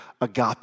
agape